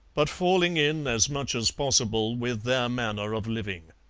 but falling in as much as possible with their manner of living.